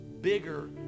bigger